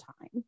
time